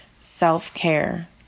self-care